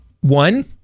One